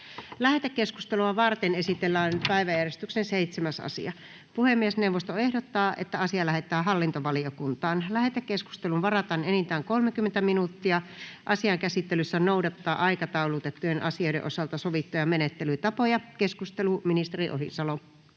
Lähetekeskustelua varten esitellään päiväjärjestyksen 7. asia. Puhemiesneuvosto ehdottaa, että asia lähetetään hallintovaliokuntaan. Lähetekeskusteluun varataan enintään 30 minuuttia. Asian käsittelyssä noudatetaan aikataulutettujen asioiden osalta sovittuja menettelytapoja. — Ministeri Ohisalo.